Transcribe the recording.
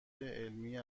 علمی